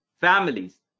families